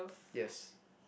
yes